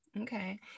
okay